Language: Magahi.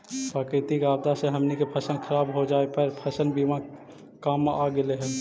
प्राकृतिक आपदा से हमनी के फसल खराब हो जाए पर फसल बीमा काम आ गेले हलई